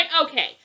Okay